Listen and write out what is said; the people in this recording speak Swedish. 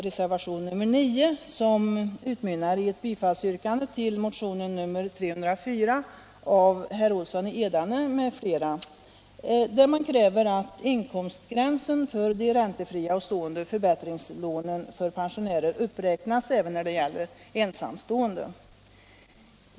Reservationen 9 utmynnar i ett yrkande om bifall till motionen 304 av herr Olsson i Edane m.fl., där man kräver att inkomstgränsen för de räntefria och stående förbättringslånen för pensionärer uppräknas även när det gäller ensamstående.